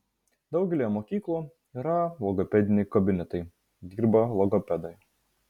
daugelyje mokyklų yra logopediniai kabinetai dirba logopedai